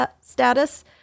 status